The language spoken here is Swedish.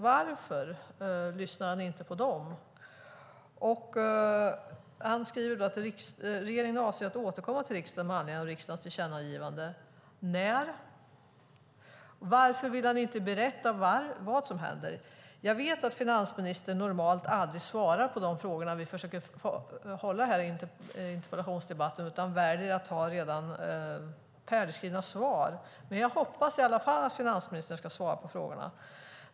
Varför lyssnar han inte på dem? Finansministern sade att regeringen avser att återkomma till riksdagen med anledning av riksdagens tillkännagivande. När? Varför vill han inte berätta vad som händer? Jag vet att finansministern normalt aldrig svarar på de frågor vi ställer i interpellationsdebatterna utan väljer att använda sig av redan färdigskrivna svar. Jag hoppas i alla fall att finansministern ska svara på frågorna.